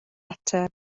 ateb